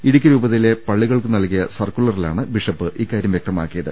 ഇടുക്കി രൂപതയിലെ പള്ളികൾക്കുനൽകിയ സർക്കുലറിലാണ് ബിഷപ്പ് ഇക്കാര്യം വ്യക്തമാക്കിയത്